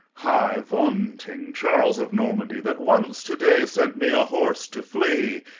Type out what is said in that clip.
high vaunting charles of normandy, that once to day sent me a horse to fly,